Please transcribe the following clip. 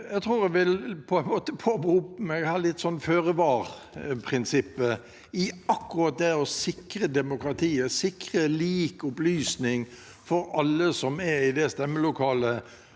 Jeg tror jeg vil påberope meg å ha det som et førevar-prinsipp i akkurat det å sikre demokratiet, sikre lik opplysning for alle som er i det stemmelokalet,